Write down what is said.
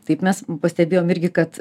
taip mes pastebėjom irgi kad